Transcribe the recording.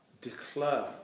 declare